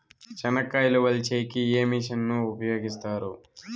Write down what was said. చెనక్కాయలు వలచే కి ఏ మిషన్ ను ఉపయోగిస్తారు?